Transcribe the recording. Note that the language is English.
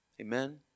Amen